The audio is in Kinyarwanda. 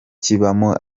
kibamo